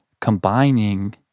combining